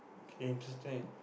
okay interesting